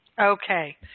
Okay